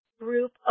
group